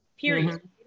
period